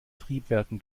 triebwerken